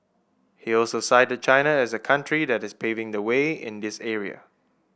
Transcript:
he also cited China as a country that is paving the way in this area